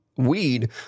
Weed